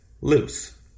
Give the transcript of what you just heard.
loose